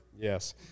Yes